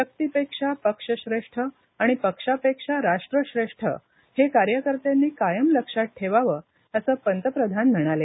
व्यक्तीपेक्षा पक्ष श्रेष्ठ आणि पक्षापेक्षा राष्ट्र श्रेष्ठ हे कार्यकर्त्यांनी कायम लक्षात ठेवावं असं पंतप्रधान म्हणाले